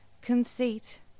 conceit